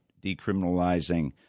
decriminalizing